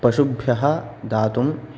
पशुभ्यः दातुं